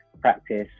practice